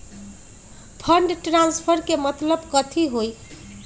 Fund transfer के मतलब कथी होई?